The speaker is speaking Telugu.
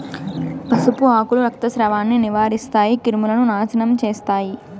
పసుపు ఆకులు రక్తస్రావాన్ని నివారిస్తాయి, క్రిములను నాశనం చేస్తాయి